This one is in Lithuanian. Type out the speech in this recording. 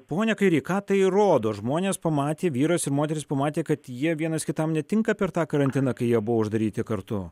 pone kairy ką tai rodo žmonės pamatė vyras ir moteris pamatė kad jie vienas kitam netinka per tą karantiną kai jie buvo uždaryti kartu